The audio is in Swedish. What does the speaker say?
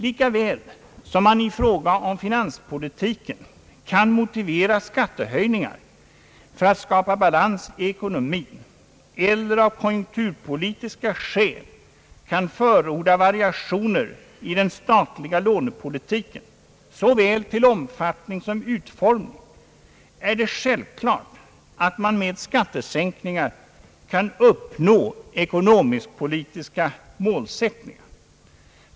Lika väl som man i fråga om finanspolitiken kan motivera skattehöjningar för att skapa balans i ekonomin eller av konjunkturpolitiska skäl kan förorda variationer i den statliga lånepolitiken såväl till omfattning som utformning, är det självklart att man med skattesänkningar kan uppnå ekonomisk-politiska målsättningar.